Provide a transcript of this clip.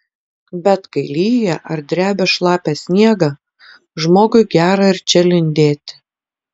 bet kai lyja ar drebia šlapią sniegą žmogui gera ir čia lindėti